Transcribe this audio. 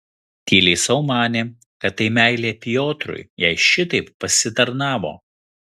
tyliai sau manė kad tai meilė piotrui jai šitaip pasitarnavo